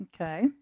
Okay